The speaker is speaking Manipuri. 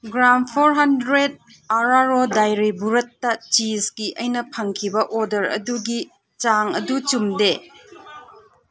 gram four hundred R R O dairy ꯕꯨꯔꯥꯇꯥ ꯆꯤꯁꯒꯤ ꯑꯩꯅ ꯐꯪꯈꯤꯕ ꯑꯣꯗꯔ ꯑꯗꯨꯒꯤ ꯆꯥꯡ ꯑꯗꯨ ꯆꯨꯝꯗꯦ